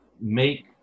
make